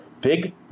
Big